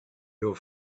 your